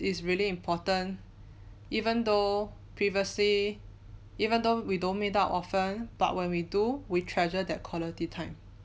it's really important even though previously even though we don't meet up often but when we do we treasure that quality time